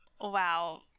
Wow